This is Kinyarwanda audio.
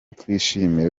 twishimire